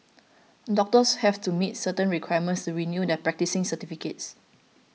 doctors have to meet certain requirements to renew their practising certificates